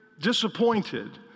disappointed